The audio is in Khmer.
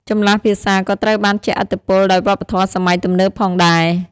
ចម្លាស់ភាសាក៏ត្រូវបានជះឥទ្ធិពលដោយវប្បធម៌សម័យទំនើបផងដែរ។